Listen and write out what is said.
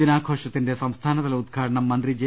ദിനാഘോഷത്തിന്റെ സംസ്ഥാനതല ഉദ്ഘാടനം മന്ത്രി ജെ